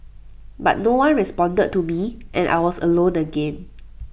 but no one responded to me and I was alone again